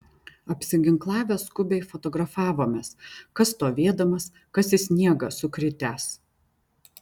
apsiginklavę skubiai fotografavomės kas stovėdamas kas į sniegą sukritęs